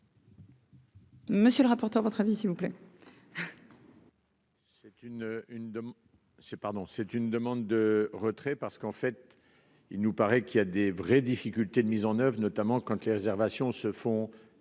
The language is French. Monsieur le rapporteur, votre avis s'il vous plaît. C'est une une de c'est pardon c'est une demande de retrait parce qu'en fait il nous paraît qu'il y a des vraies difficultés de mise en oeuvre, notamment quand tu les réservations se font